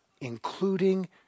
including